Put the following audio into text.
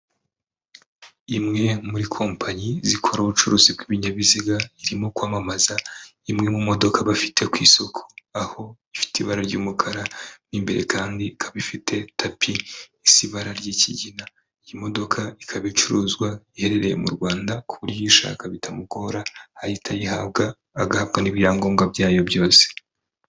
Imwe muri kompanyi zikora ubucuruzi bw'ibinyabiziga, irimo kwamamaza imwe mu modoka bafite ku isoko, aho ifite ibara ry'umukara, imbere kandi ikaba ifite tapi isi ibara ry'ikigina, iyi modoka ikaba icuruzwa iherereye mu Rwanda, ku buryo uyishaka bitamugora ahita ayihabwa, agahabwa n'ibyangombwa byayo byose.